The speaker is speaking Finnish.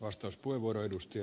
arvoisa puhemies